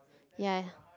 ya